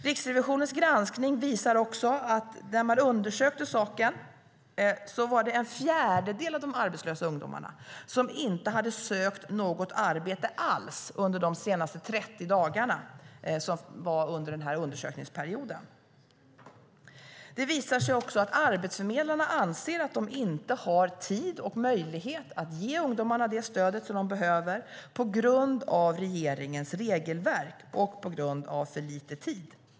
Riksrevisionens granskning visar också att det när man undersökte saken var en fjärdedel av de arbetslösa ungdomarna som inte hade sökt något arbete alls under de senaste 30 dagarna under undersökningsperioden. Det visar sig även att arbetsförmedlarna anser att de inte har tid och möjlighet att ge ungdomarna det stöd de behöver, på grund av regeringens regelverk och på grund av för lite tid.